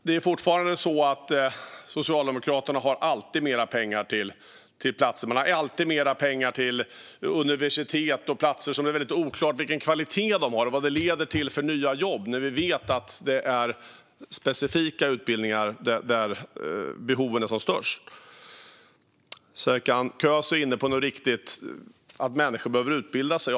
Det är fortfarande så att Socialdemokraterna alltid har mer pengar till universitet och utbildningsplatser som det är oklart vad de har för kvalitet och vilka nya jobb de leder till. Vi vet ju att det finns specifika utbildningar där behoven är som störst. Serkan Köse säger att människor behöver utbilda sig.